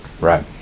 right